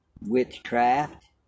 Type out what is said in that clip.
witchcraft